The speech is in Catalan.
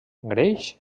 greix